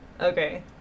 Okay